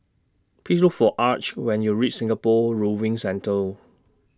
Please Look For Arch when YOU REACH Singapore Rowing Centre